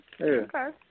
Okay